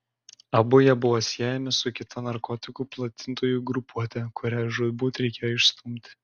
abu jie buvo siejami su kita narkotikų platintojų grupuote kurią žūtbūt reikėjo išstumti